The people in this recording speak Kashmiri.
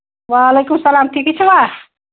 وعلیکُم السلام ٹھیٖکٕے چھِوا